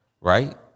right